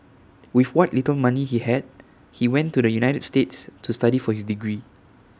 with what little money he had he went to the united states to study for his degree